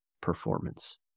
performance